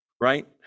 right